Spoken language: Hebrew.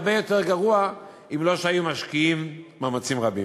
הרבה יותר גרוע אם לא היינו משקיעים מאמצים רבים.